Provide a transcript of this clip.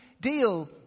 deal